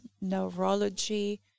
neurology